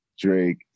Drake